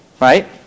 Right